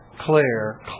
clear